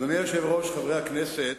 אדוני היושב-ראש, חברי הכנסת,